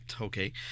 okay